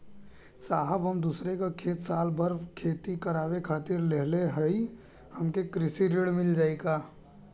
साहब हम दूसरे क खेत साल भर खेती करावे खातिर लेहले हई हमके कृषि ऋण मिल जाई का?